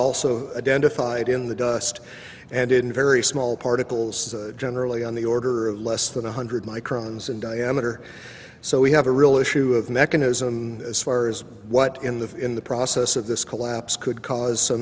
also identified in the dust and in very small particles is generally on the order of less than one hundred microns in diameter so we have a real issue of mechanism as far as what in the in the process of this collapse could cause so